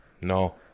No